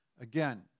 Again